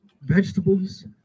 vegetables